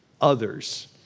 others